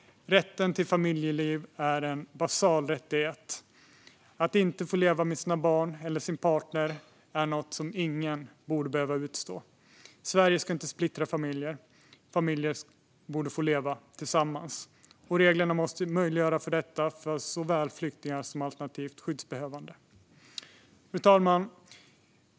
Rätten till familjeliv är en basal rättighet. Att inte få leva med sina barn eller med sin partner är något som ingen borde behöva utstå. Sverige ska inte splittra familjer. Familjer borde få leva tillsammans. Reglerna måste möjliggöra detta för såväl flyktingar som alternativt skyddsbehövande. Fru talman!